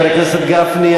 חבר הכנסת גפני,